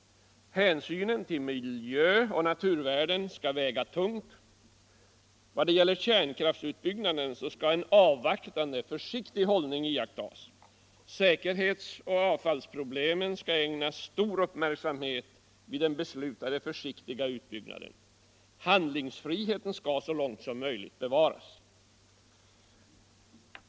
Hänsynen till miljöoch naturvärden skall väga tungt. Vad gäller kärnkraftsutbyggnaden skall en avvaktande, försiktig hållning iakttas. Säkerhetsoch avfallsproblemen skall ägnas stor uppmärksamhet vid den beslutade, försiktiga utbyggnaden. Handlingsfriheten skall så långt som möjligt bevaras.